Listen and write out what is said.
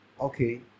Okay